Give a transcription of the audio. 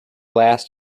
last